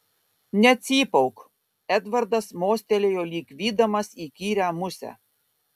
necypauk edvardas mostelėjo lyg vydamas įkyrią musę